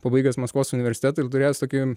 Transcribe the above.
pabaigęs maskvos universitetą ir turėjęs tokį